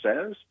says